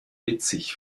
witzig